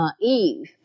Eve